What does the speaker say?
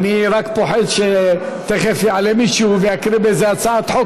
אני רק פוחד שתכף יעלה מישהו ויקריא איזו הצעת חוק,